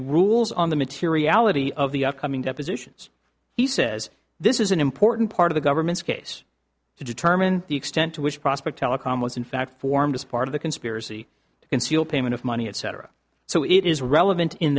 rules on the materiality of the upcoming depositions he says this is an important part of the government's case to determine the extent to which prospect telecom was in fact formed as part of the conspiracy to conceal payment of money etc so it is relevant in